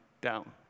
down